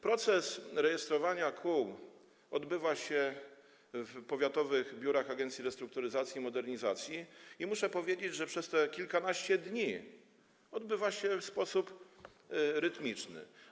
Proces rejestrowania kół odbywa się w powiatowych biurach Agencji Restrukturyzacji i Modernizacji Rolnictwa i muszę powiedzieć, że przez tych kilkanaście ostatnich dni odbywa się to w sposób rytmiczny.